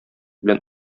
белән